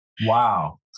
wow